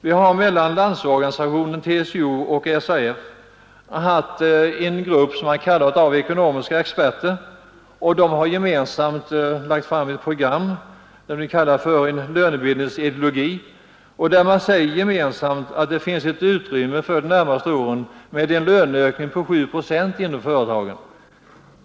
LO, TCO och SAF har anlitat en grupp ekonomiska experter som lagt fram ett program som de kallar en lönebildningens ideologi. I det programmet sägs att det för de närmaste åren finns utrymme för en löneökning på 7 procent inom företagen.